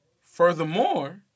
Furthermore